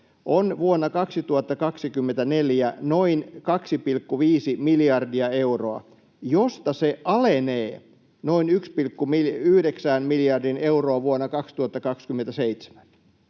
on vuonna 2024 noin 2,5 miljardia euroa, josta se alenee noin 1,9 miljardiin euroon vuonna 2027.”